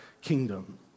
kingdom